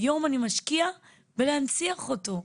והיום אני משקיע בלהנציח אותו,